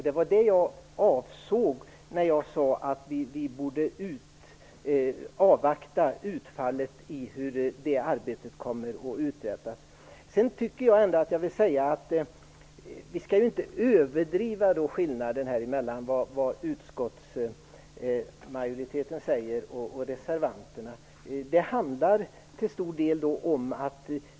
Det var det jag avsåg när jag sade att vi borde avvakta utfallet i hur det arbetet kommer att utvecklas. Vi skall inte överdriva skillnaderna mellan vad utskottsmajoriteten säger och reservanternas åsikter.